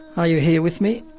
are you here with me?